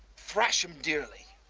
thrash him dearly,